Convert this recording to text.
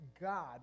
God